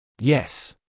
Yes